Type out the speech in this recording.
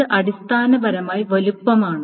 ഇത് അടിസ്ഥാനപരമായി വലുപ്പമാണ്